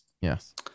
Yes